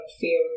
fear